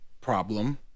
problem